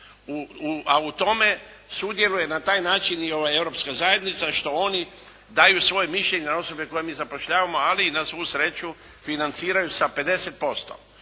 a u tome sudjeluje, na taj način i Europska zajednica što oni daju svoje mišljenje na osobe koje mi zapošljavamo, ali i na svu sreću financiraju sa 50%,